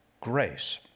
grace